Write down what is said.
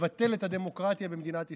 לבטל את הדמוקרטיה במדינת ישראל.